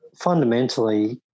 fundamentally